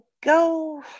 go